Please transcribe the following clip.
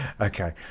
Okay